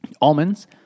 Almonds